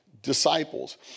disciples